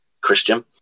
christian